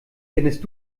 findest